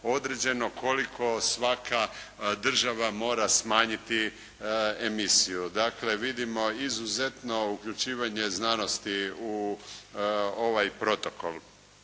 određeno koliko svaka država mora smanjiti emisiju. Dakle vidimo izuzetno uključivanje znanosti u ovaj protokol.